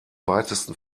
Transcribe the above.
weitesten